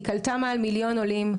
היא קלטה מעל מיליון עולים.